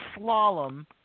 slalom